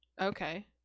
Okay